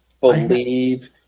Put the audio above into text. believe